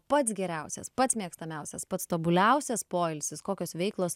pats geriausias pats mėgstamiausias pats tobuliausias poilsis kokios veiklos